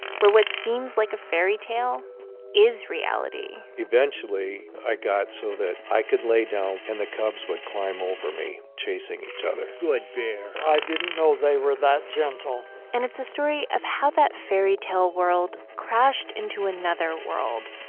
where what seems like a fairy tale is reality eventually, i got so that i could lay down, and the cubs would climb over me, chasing each other good bear i didn't know they were that gentle and it's the story of how that fairy tale world crashed into another world,